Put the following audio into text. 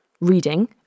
reading